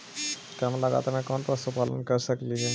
कम लागत में कौन पशुपालन कर सकली हे?